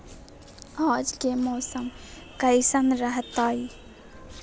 आज के मौसम कैसन रहताई?